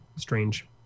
strange